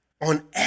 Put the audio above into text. on